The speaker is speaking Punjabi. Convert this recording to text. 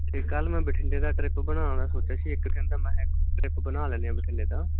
ਅਤੇ ਕੱਲ੍ਹ ਮੈਂ ਬਠਿੰਡੇ ਦਾ ਟਰਿਪ ਬਣਾਉਣਾ ਸੋਚਿਆ ਸੀ ਇੱਕ ਮੈਂ ਕਿਹਾ ਟਰਿਪ ਬਣਾ ਲੈਂਦੇ ਹਾਂ ਬਠਿੰਡੇ ਦਾ